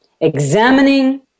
Examining